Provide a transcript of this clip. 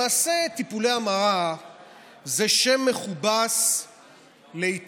למעשה, טיפולי המרה זה שם מכובס להתעללות